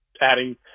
adding